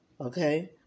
Okay